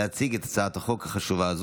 להציג את הצעת החוק החשובה הזו.